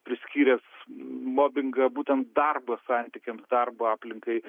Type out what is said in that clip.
priskyręs mobingą būten darbo santykiams darbo aplinkai